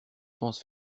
pense